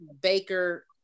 Baker